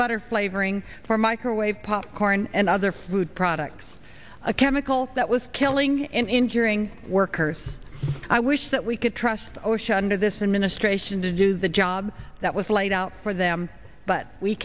butter flavoring for microwave popcorn and other food products a chemical that was killing and injuring workers i wish that we could trust osha under this administration to do the job that was laid out for them but we